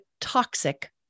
toxic